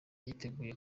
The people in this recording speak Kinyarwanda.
yiteguye